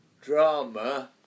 Drama